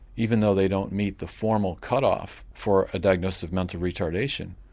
even though they don't meet the formal cut off for a diagnosis of mental retardation,